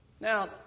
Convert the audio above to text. Now